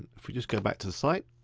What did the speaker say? if we just go back to the site,